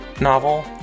novel